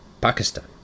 Pakistan